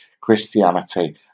Christianity